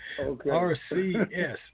RCS